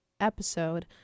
episode